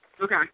okay